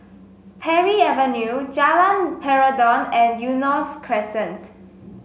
Parry Avenue Jalan Peradun and Eunos Crescent